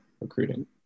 recruiting